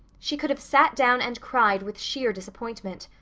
she could have sat down and cried with sheer disappointment.